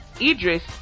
Idris